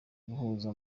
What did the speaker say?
guhuza